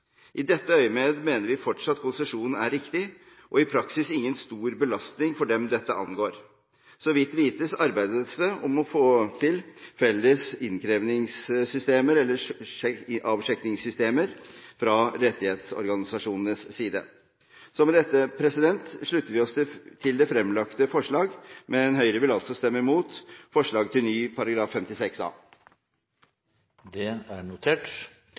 hvem dette skal kunne være. I dette øyemed mener vi fortsatt konsesjon er riktig, og i praksis ingen stor belastning for dem dette angår. Så vidt vites arbeides det for å få til felles innkrevingssystemer eller avsjekkingssystemer fra rettighetsorganisasjonenes side. Med dette slutter vi oss til det fremlagte forslag, men Høyre vil altså stemme imot forslaget til ny § 56a. Det er notert.